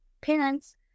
parents